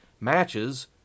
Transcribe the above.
matches